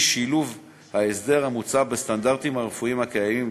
שילוב ההסדר המוצע בסטנדרטים הרפואיים הקיימים.